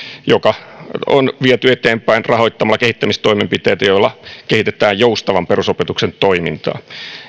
mitä on viety eteenpäin rahoittamalla kehittämistoimenpiteitä joilla kehitetään joustavan perusopetuksen toimintaa